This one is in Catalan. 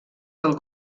del